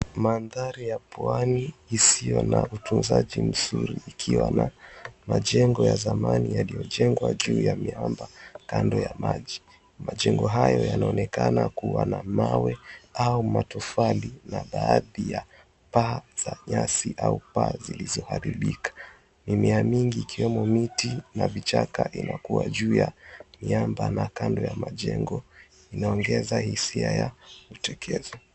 Mandhari ya pwani isio na utunzaji mzuri ikiwa na majengo ya zamani yaliyojengwa juu ya miamba kando ya maji. Majengo hayo yanaonekana kuwa na mawe au matofali na baadhi ya paa za nyasi au paa zilizoharibika. Mimea mingi ikiwemo miti na vichaka inakua juu ya miamba na kando ya majengo inaongeza hisia ya kutekezwa.